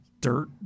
dirt